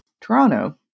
Toronto